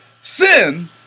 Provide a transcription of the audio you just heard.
sin